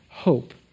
hope